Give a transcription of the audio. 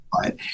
right